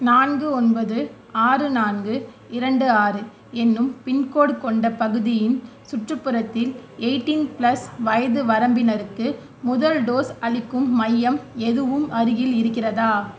நான்கு ஒன்பது ஆறு நான்கு இரண்டு ஆறு என்னும் பின்கோடு கொண்ட பகுதியின் சுற்றுப்புறத்தில் எய்ட்டீன் ப்ளஸ் வயது வரம்பினருக்கு முதல் டோஸ் அளிக்கும் மையம் எதுவும் அருகில் இருக்கிறதா